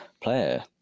player